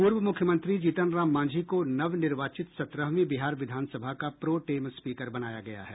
पूर्व मुख्यमंत्री जीतन राम मांझी को नवनिर्वाचित सत्रहवीं बिहार विधानसभा का प्रोटेम स्पीकर बनाया गया है